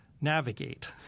navigate